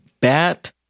bat